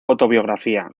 autobiografía